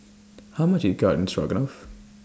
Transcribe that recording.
How much IS Garden Stroganoff